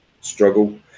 struggle